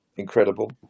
incredible